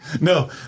No